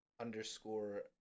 underscore